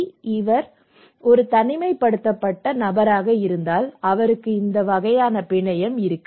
அவர் ஒரு தனிமைப்படுத்தப்பட்ட நபராக இருந்தால் அவருக்கு இந்த வகையான பிணையம் இல்லை